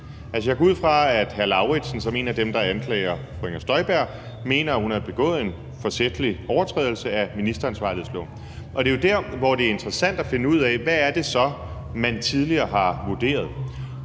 jeg går ud fra, at hr. Karsten Lauritzen som en af dem, der anklager fru Inger Støjberg, mener, at hun har begået en forsætlig overtrædelse af ministeransvarlighedsloven. Og det er jo der, hvor det er interessant at finde ud af, hvad det så er, man tidligere har vurderet